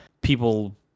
people